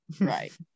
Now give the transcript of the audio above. Right